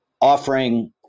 Offering